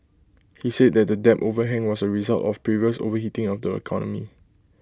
he said that the debt overhang was A result of previous overheating of the economy